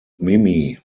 mimi